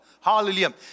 Hallelujah